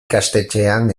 ikastetxean